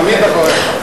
תמיד אחריך.